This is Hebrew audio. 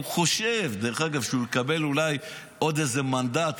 הוא חושב שהוא יקבל אולי עוד איזה מנדט,